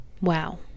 Wow